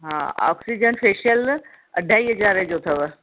हा oxygen facial न अढाई हज़ारे जो अथव